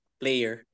player